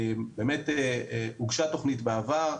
באמת הוגשה תוכנית בעבר,